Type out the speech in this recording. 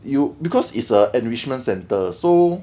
you because it's a enrichment centre so